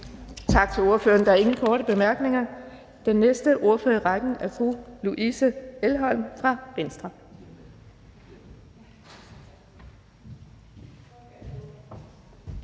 Tak til ordføreren. Der er ingen korte bemærkninger. Den næste ordfører i rækken er fru Louise Elholm fra Venstre.